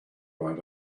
right